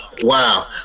Wow